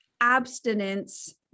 abstinence